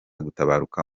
gutabaruka